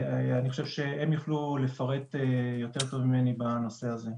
אני חושב שהם יוכלו לפרט יותר טוב ממני בנושא הזה,